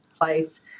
place